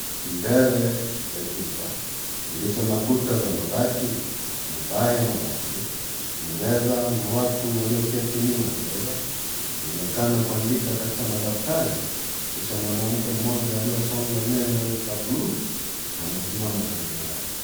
Mbele ya chumba kilicho na kuta za mabati na paa ya mabati kuna meza na watu walioketi nyuma ya meza wanaonekana kuandika katika madaftari kisha mwanamke mmoja aliyesonga nywele za blue amesimama kando yao.